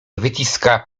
wyciska